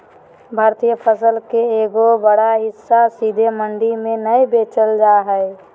भारतीय फसल के एगो बड़ा हिस्सा सीधे मंडी में नय बेचल जा हय